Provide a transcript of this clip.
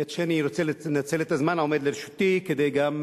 האמת שאני רוצה לנצל את הזמן העומד לרשותי כדי גם,